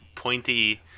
pointy